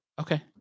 Okay